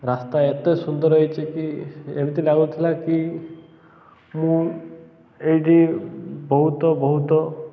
ରାସ୍ତା ଏତେ ସୁନ୍ଦର ହେଇଛି କି ଏମିତି ଲାଗୁଥିଲା କି ମୁଁ ଏଇଠି ବହୁତ ବହୁତ